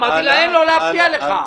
אמרתי להם לא להפריע לך.